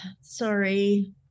sorry